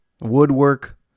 woodwork